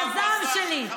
מהזעם שלי".